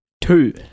two